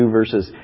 verses